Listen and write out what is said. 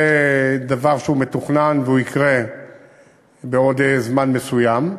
זה דבר שהוא מתוכנן, והוא יקרה בעוד זמן מסוים.